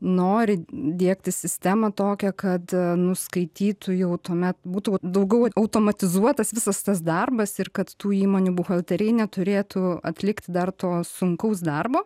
nori diegti sistemą tokią kad nuskaitytų jau tuomet būtų daugiau automatizuotas visas tas darbas ir kad tų įmonių buhalteriai neturėtų atlikt dar to sunkaus darbo